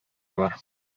бар